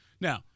Now